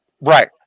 Right